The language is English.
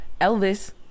Elvis